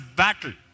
battle